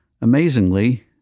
Amazingly